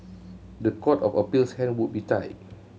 the Court of Appeal's hands would be tied